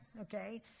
okay